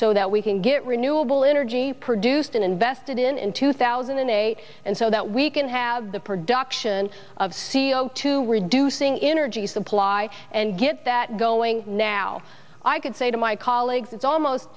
so that we can get renewable energy produced and invested in in two thousand and eight and so that we can have the production of c o two reducing inner g supply and get that going now i could say to my colleagues it's almost